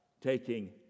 taking